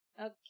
Okay